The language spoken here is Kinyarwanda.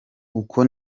uko